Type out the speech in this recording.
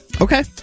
Okay